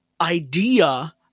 idea